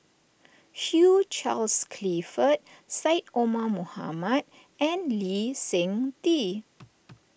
Hugh Charles Clifford Syed Omar Mohamed and Lee Seng Tee